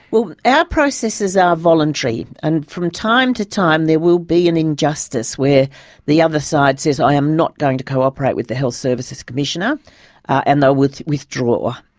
well, our processes are voluntary and from time to time there will be an injustice where the other side says, i am not going to cooperate with the health services commissioner and they'll withdraw.